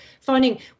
finding